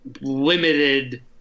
limited